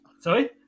Sorry